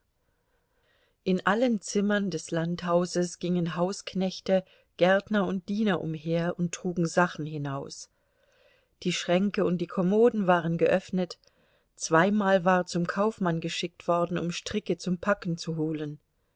in allen zimmern des landhauses gingen hausknechte gärtner und diener umher und trugen sachen hinaus die schränke und die kommoden waren geöffnet zweimal war zum kaufmann geschickt worden um stricke zum packen zu holen